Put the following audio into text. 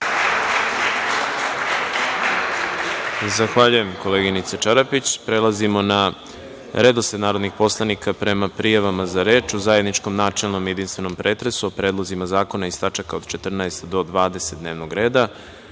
Zahvaljujem koleginice Čarapić. Prelazimo na redosled narodnih poslanika prema prijavama za reč o zajedničkom načelnom i jedinstvenom pretresu o predlozima zakona iz tačaka od 14. do 20. dnevnog reda. Reč